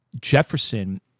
Jefferson